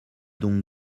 donc